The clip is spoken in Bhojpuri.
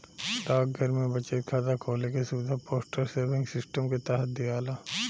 डाकघर में बचत खाता खोले के सुविधा पोस्टल सेविंग सिस्टम के तहत दियाला